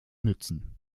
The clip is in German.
nützen